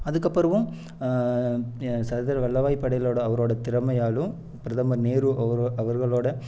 அதுக்கப்பறமும் சர்தார் வல்லபாய் படேலோட அவரோட திறமையாலும் பிரதமர் நேரு அவரோ அவர்களோட